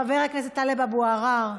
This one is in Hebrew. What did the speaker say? חבר הכנסת טלב אבו עראר,